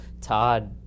Todd